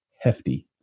hefty